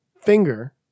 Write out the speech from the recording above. finger